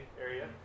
area